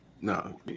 No